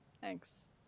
thanks